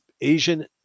Asian